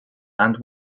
and